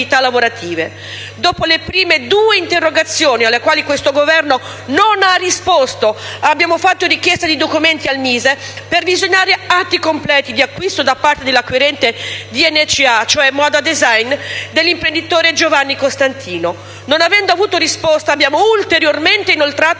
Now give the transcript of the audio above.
Dopo le prime due interrogazioni, alle quali questo Governo non ha risposto, abbiamo fatto richiesta di documenti al Ministero dello sviluppo economico (MISE) per visionare gli atti completi di acquisto da parte dell'acquirente di NCA, cioè la società Moda design, dell'imprenditore Giovanni Costantino. Non avendo avuto risposta, abbiamo ulteriormente inoltrato